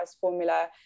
formula